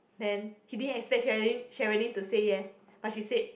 then he didn't expect Sherilyn Sherilyn to say yes but she said